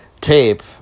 tape